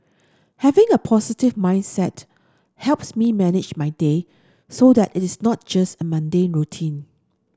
having a positive mindset helps me manage my day so that it is not just a mundane routine